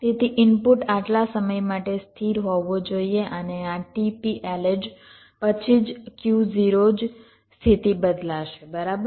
તેથી ઇનપુટ આટલા સમય માટે સ્થિર હોવો જોઈએ અને આ t p lh પછી જ Q0 જ સ્થિતિ બદલાશે બરાબર